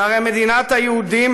שהרי מדינת היהודים,